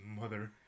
mother